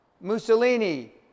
Mussolini